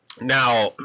Now